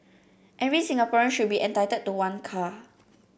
every Singaporean should be entitled to one car